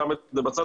אני שם את זה בצד,